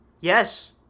Yes